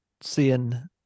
seeing